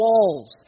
walls